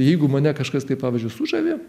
tai jeigu mane kažkas taip pavyzdžiui sužavi